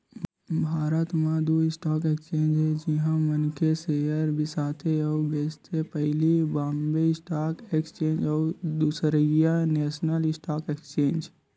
भारत म दू stock exchange हे जिहाँ मनखे सेयर बिसाथे अउ बेंचथे पहिली बॉम्बे स्टॉक एक्सचेंज अउ दूसरइया नेसनल स्टॉक एक्सचेंज